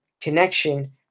connection